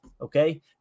Okay